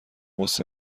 غصه